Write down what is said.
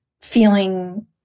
feeling